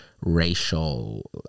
racial